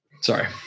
Sorry